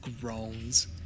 groans